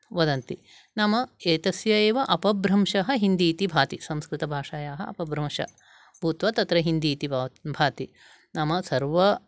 वदन्ति नाम एतस्य एव अपभ्रंशः हिन्दी इति भाति संस्कृतभाषायाः अपभ्रंशं भूत्वा तत्र हिन्दी इति भव भाति नाम सर्वं